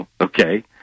okay